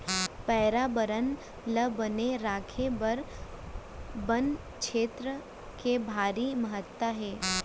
परयाबरन ल बने राखे बर बन छेत्र के भारी महत्ता हे